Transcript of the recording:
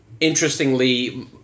interestingly